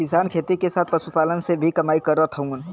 किसान खेती के साथ साथ पशुपालन से भी कमाई करत हउवन